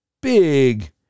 big